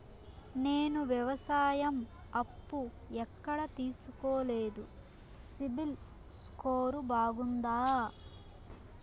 నేను వ్యవసాయం అప్పు ఎక్కడ తీసుకోలేదు, సిబిల్ స్కోరు బాగుందా?